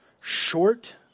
short